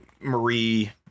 Marie